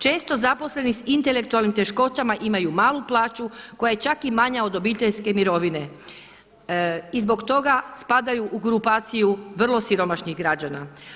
Često zaposleni s intelektualnim teškoćama imaju malo plaću koja je čak i manja od obiteljske mirovine i zbog toga spadaju u grupaciju vrlo siromašnih građana.